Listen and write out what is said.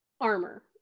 armor